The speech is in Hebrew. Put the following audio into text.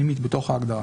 פנימית, בתוך ההגדרה.